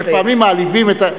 לפעמים מעליבים את,